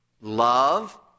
love